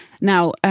now